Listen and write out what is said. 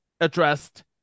addressed